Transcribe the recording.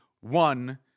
one